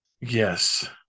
yes